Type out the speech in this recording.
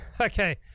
Okay